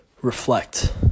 reflect